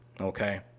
okay